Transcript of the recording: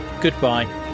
Goodbye